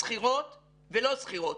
סחירות ולא סחירות,